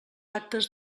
actes